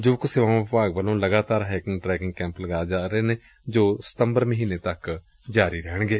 ਯੁਵਕ ਸੇਵਾਵਾਂ ਵਿਭਾਗ ਵੱਲੋਂ ਲਗਾਤਾਰ ਹਾਈਕਿੰਗ ਟਰੈਕਿੰਗ ਕੈਂਪ ਲਗਾਏ ਜਾ ਰਹੇ ਨੇ ਜੋ ਸਤੰਬਰ ਮਹੀਨੇ ਤੱਕ ਜਾਰੀ ਰਹਿਣਗੇ